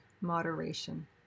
moderation